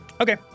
Okay